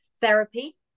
therapy